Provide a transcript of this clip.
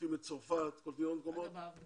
קולטים עולים מצרפת ומכל מיני מקומות אחרים.